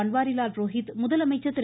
பன்வாரிலால் புரோஹித் முதலமைச்சர் திரு